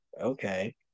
okay